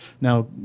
Now